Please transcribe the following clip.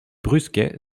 brusquets